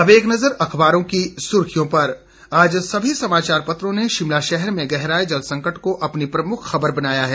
अब एक नजर अखबारों की सुर्खियों पर आज सभी समाचार पत्रों ने शिमला शहर में गहराए जलसंकट को अपनी प्रमुख खबर बनाया है